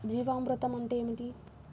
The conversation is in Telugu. జీవామృతం అంటే ఏమిటి?